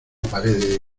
pared